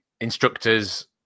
Instructors